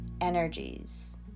energies